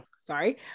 Sorry